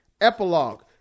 Epilogue